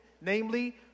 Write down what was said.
namely